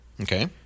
Okay